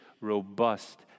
robust